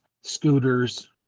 scooters